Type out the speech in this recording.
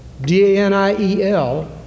D-A-N-I-E-L